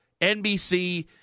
NBC